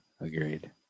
agreed